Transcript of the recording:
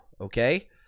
Okay